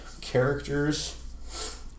characters